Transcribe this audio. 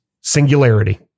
singularity